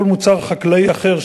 כל מוצר חקלאי אחר,